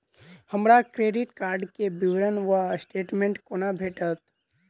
हमरा credit card केँ विवरण वा स्टेटमेंट कोना भेटत?